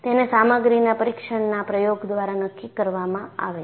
તેને સામગ્રીના પરીક્ષણના પ્રયોગ દ્વારા નક્કી કરવામાં આવે છે